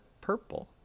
purple